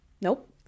Nope